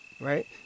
Right